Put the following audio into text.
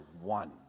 one